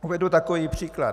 Uvedu takový příklad.